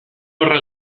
horra